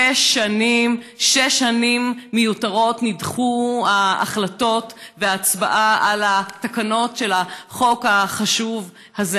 שש שנים מיותרות נדחו ההחלטות וההצבעה על התקנות של החוק החשוב הזה.